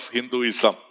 Hinduism